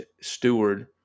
steward